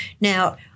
Now